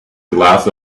glass